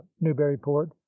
newburyport